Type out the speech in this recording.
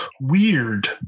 weird